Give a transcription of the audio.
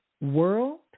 world